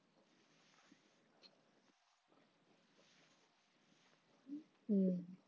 mm